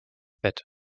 bett